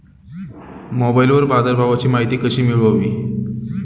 मोबाइलवर बाजारभावाची माहिती कशी मिळवावी?